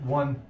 one